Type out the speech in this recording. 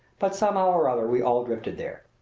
but somehow or other we all drifted there.